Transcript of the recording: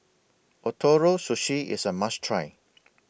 Ootoro Sushi IS A must Try